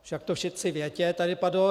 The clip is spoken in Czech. Však to všetci viete, tady padlo.